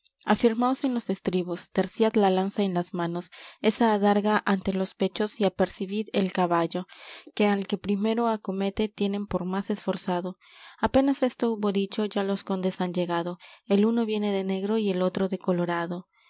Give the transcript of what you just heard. en los estribos terciad la lanza en las manos esa adarga ante los pechos y apercibid el caballo que al que primero acomete tienen por más esforzado apenas esto hubo dicho ya los condes han llegado el uno viene de negro y el otro de